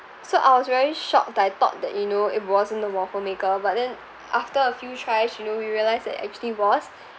so I was very shocked that I thought that you know it wasn't the waffle maker but then after a few tries you know we realise that it actually was